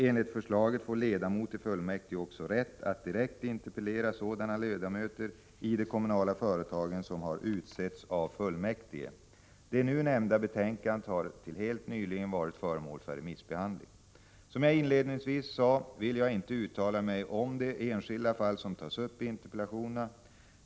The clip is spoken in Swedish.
Enligt förslaget får ledamot i fullmäktige också rätt att direkt interpellera sådana ledamöter i de kommunala företagen som har utsetts av fullmäktige. Det nu nämnda betänkandet har till helt nyligen varit föremål för remissbehandling. Som jag inledningsvis sade vill jag inte uttala mig om det enskilda fall som tas upp interpellationerna.